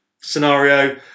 scenario